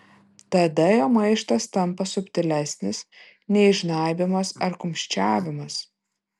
tada jo maištas tampa subtilesnis nei žnaibymas ar kumščiavimas